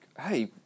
hey